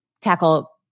tackle